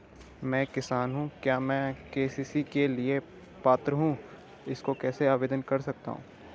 मैं एक किसान हूँ क्या मैं के.सी.सी के लिए पात्र हूँ इसको कैसे आवेदन कर सकता हूँ?